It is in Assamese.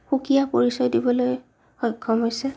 সুকীয়া পৰিচয় দিবলৈ সক্ষম হৈছে